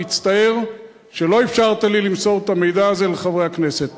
אני מצטער שלא אפשרת לי למסור את המידע הזה לחברי הכנסת.